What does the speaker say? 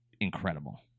incredible